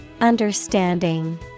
Understanding